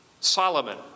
Solomon